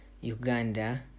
uganda